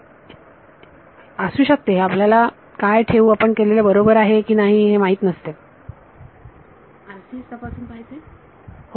विद्यार्थी असू शकते हे आपल्याला काय ठेवू आपण केलेले बरोबर आहे कि नाही विद्यार्थी RCS तपासून पाहायचे